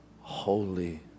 holy